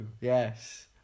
Yes